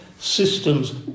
systems